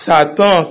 Satan